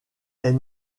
est